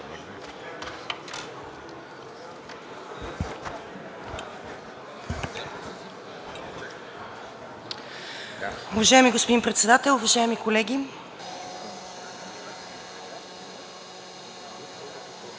Уважаеми господин Председател, уважаеми колеги!